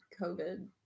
COVID